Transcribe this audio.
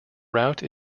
route